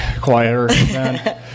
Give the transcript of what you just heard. quieter